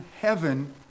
heaven